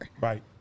right